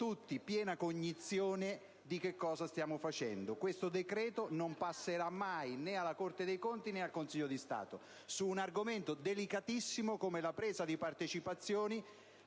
tutti piena cognizione di che cosa stiamo facendo. Questo decreto non passerà mai né alla Corte dei conti, né al Consiglio di Stato, pur intervenendo su un argomento delicatissimo come l'assunzione di partecipazioni